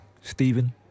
Stephen